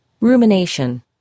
Rumination